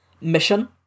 mission